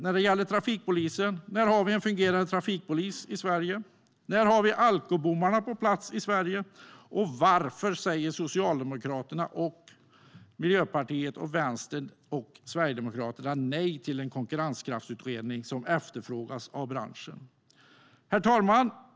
I fråga om trafikpolisen: När har vi en fungerande trafikpolis i Sverige? När har vi alkobommarna på plats i Sverige? Och varför säger Socialdemokraterna, Miljöpartiet, Vänstern och Sverigedemokraterna nej till en konkurrenskraftsutredning, som efterfrågas av branschen? Herr talman!